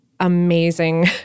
Amazing